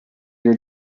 your